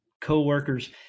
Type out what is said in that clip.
co-workers